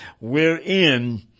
wherein